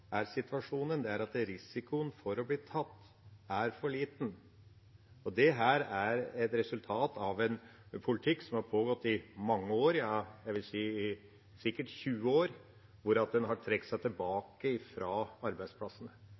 er situasjonen, at risikoen for å bli tatt er for liten. Dette er et resultat av en politikk som har pågått i mange år – jeg vil si sikkert 20 år – der en har trukket seg tilbake fra arbeidsplassene.